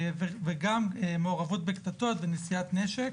וגם מעורבות בקטטות ונשיאת נשק.